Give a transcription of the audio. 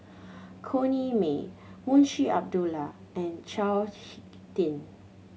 Corrinne May Munshi Abdullah and Chao Hick Tin